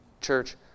Church